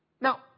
Now